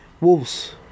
Wolves